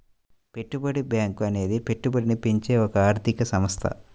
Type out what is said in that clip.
పెట్టుబడి బ్యాంకు అనేది పెట్టుబడిని పెంచే ఒక ఆర్థిక సంస్థ